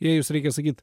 įėjus reikia sakyt